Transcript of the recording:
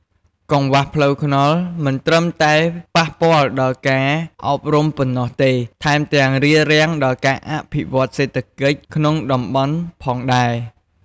កង្វះផ្លូវថ្នល់មិនត្រឹមតែប៉ះពាល់ដល់ការអប់រំប៉ុណ្ណោះទេ ថែមទាំងរារាំងដល់ការអភិវឌ្ឍន៍សេដ្ឋកិច្ចក្នុងតំបន់ផងដែរ។